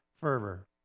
fervor